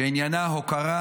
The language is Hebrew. שעניינה הוקרה,